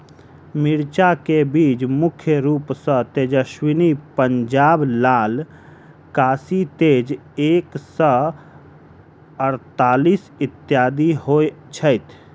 मिर्चा केँ बीज मुख्य रूप सँ तेजस्वनी, पंजाब लाल, काशी तेज एक सै अड़तालीस, इत्यादि होए छैथ?